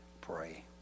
pray